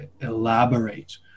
elaborate